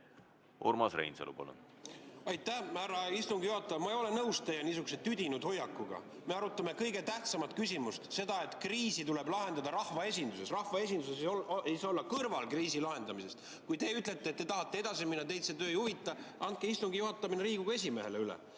Urmas Reinsalu, palun! Aitäh, härra istungi juhataja! Ma ei ole nõus teie niisuguse tüdinud hoiakuga. Me arutame kõige tähtsamat küsimust – seda, et kriisi tuleb lahendada rahvaesinduses. Rahvaesindus ei saa jääda kõrvale kriisi lahendamisest. Kui te ütlete, et tahate edasi minna, teid see töö ei huvita, siis andke istungi juhatamine Riigikogu esimehele üle